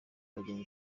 bagenzi